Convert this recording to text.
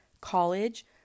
college